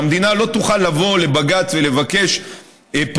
והמדינה לא תוכל לבוא לבג"ץ ולבקש פריסה